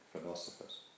philosophers